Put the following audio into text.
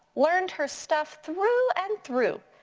learned her stuff through and through.